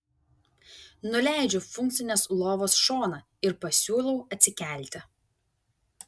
nuleidžiu funkcinės lovos šoną ir pasiūlau atsikelti